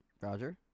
Roger